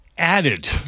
Added